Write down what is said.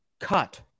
cut